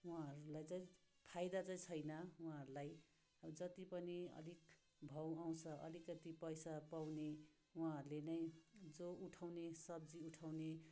उहाँहरूलाई चाहिँ फाइदा चाहिँ छैन उहाँहरूलाई जति पनि अलिक भाउ आउँछ अलिकति पैसा पाउने उहाँहरूले नै जो उठाउने सब्जी उठाउने